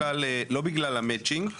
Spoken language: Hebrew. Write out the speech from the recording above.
בגלל המצ'ינג,